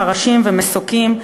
פרשים ומסוקים,